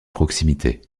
proximité